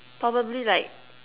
probably like